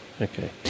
Okay